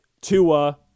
Tua